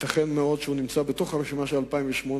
ייתכן מאוד שהוא נמצא בתוך הרשימה של 2008,